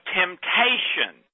temptation